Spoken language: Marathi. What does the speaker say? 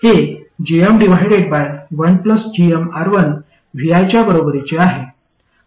हे gm1gmR1vi च्या बरोबरीचे आहे